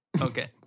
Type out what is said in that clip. Okay